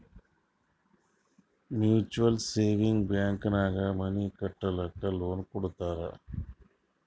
mutual savings bank ನಾಗ್ money ಕಟ್ಟಲಕ್ಕ್ loan ಕೊಡ್ತಾರ್